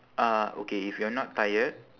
uh okay if you are not tired